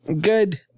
Good